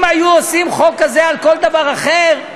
אם היו עושים חוק כזה על כל דבר אחר,